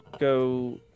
go